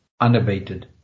unabated